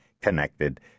connected